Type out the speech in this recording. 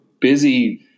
busy